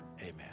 amen